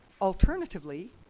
alternatively